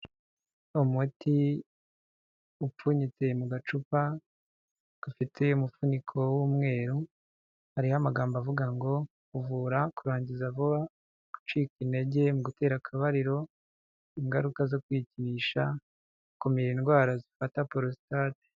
Umuti upfunyitse mu gacupa gafite umuvuniko w'umweru, hariho amagambo avuga ngo uvura kurangiza vuba, gucika intege mu gutera akabariro, ingaruka zo kwikinisha, ukumira indwara zifata porositate.